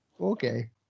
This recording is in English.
Okay